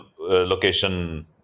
location